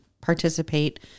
participate